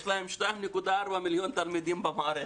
יש 2.4 מיליון תלמידים במערכת.